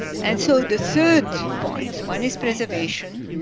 and so the third point one is preservation,